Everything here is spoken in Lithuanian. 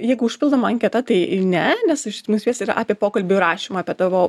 jeigu užpildoma anketa tai ne nes nus vis yra apie pokalbių įrašymą apie tavo